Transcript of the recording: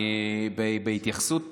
אני בהתייחסות